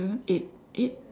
eight eight